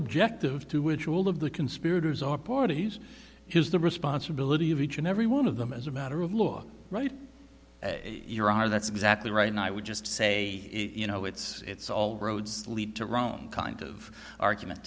objective to which rule of the conspirators or parties has the responsibility of each and every one of them as a matter of law right your are that's exactly right and i would just say you know it's it's all roads lead to rome kind of argument